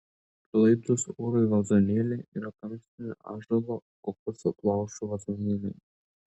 pralaidūs orui vazonėliai yra kamštinio ąžuolo kokoso plaušo vazonėliai